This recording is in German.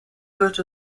wird